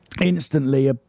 instantly